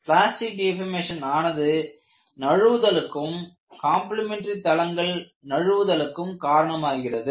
plastic deformation ஆனது நழுவுதலுக்கும் complementary தளங்கள் நழுவுதலுக்கும் காரணமாகிறது